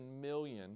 million